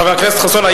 חבר הכנסת חסון,